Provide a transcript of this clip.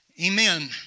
amen